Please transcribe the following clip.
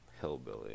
Hillbilly